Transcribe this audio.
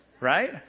right